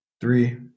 Three